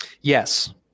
Yes